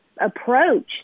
approach